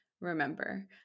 Remember